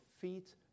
feet